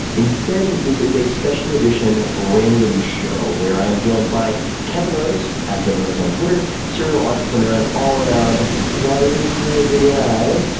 instead, this is a special edition random show where i am joined by kevin rose, at kevinrose on twitter serial entrepreneur, and all-around wild and crazy guy.